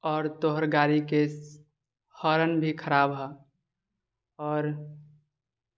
आओर तोहर गाड़ीके हॉरन भी खराब हऽ आओर